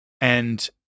And-